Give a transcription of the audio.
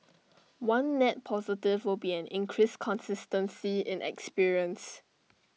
one net positive will be an increased consistency in experience